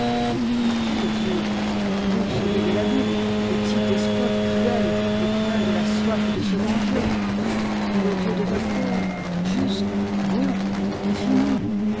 mais quel dieu non celui de la bible petit despote cruel et plein de la soif de se venger mais le dieu de voltaire juste bon infini